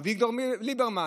אביגדור ליברמן.